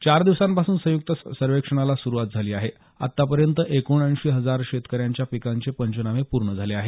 चार दिवसापासून संयुक्त सर्वेक्षणाला सुरुवात झाली आहे आतापर्यंत एकोणऐंशी हजार शेतकऱ्यांच्या पिकांचे पंचनामे पूर्ण झाले आहेत